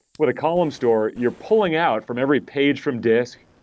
with a column store, you're pulling out from every page from disk.